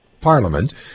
parliament